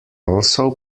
also